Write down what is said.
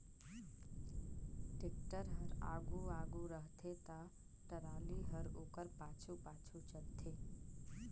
tractor हर आघु आघु रहथे ता टराली हर ओकर पाछू पाछु चलथे